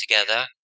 together